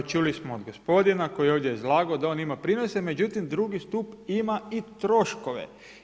Evo, čuli smo od gospodina koji je ovdje izlagao da on ima prinose, međutim drugi stup ima i troškove.